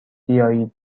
بیایید